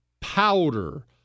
powder